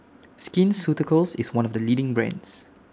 Skin Ceuticals IS one of The leading brands